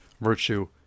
virtue